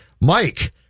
Mike